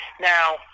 Now